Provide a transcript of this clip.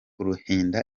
ruhinda